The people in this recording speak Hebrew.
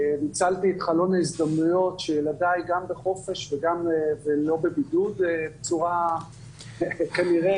ניצלתי את חלון ההזדמנויות שילדיי גם בחופש והם לא בבידוד בצורה כנראה